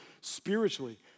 spiritually